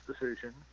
decision